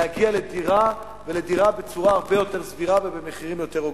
להגיע לדירה בצורה הרבה יותר סבירה ובמחירים יותר הוגנים.